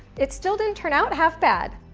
it still didn't turn out half bad.